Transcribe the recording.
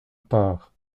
part